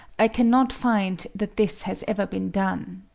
i cannot find that this has ever been done.